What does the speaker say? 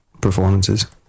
performances